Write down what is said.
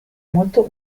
molto